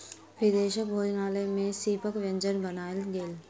विदेशक भोजनालय में सीपक व्यंजन बनायल गेल